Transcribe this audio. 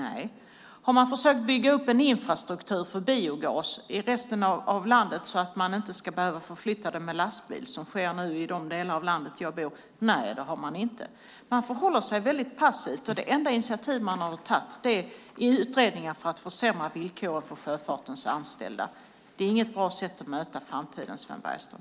Nej, det har man inte. Har man försökt bygga upp en infrastruktur för biogas i resten av landet så att man inte ska behöva förflytta den med lastbil som sker nu i den del av landet där jag bor? Nej, det har man inte. Man förhåller sig väldigt passiv. Det enda initiativ som man har tagit är utredningar för att försämra villkoren för sjöfartens anställda. Det är inget bra sätt att möta framtiden, Sven Bergström.